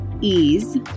ease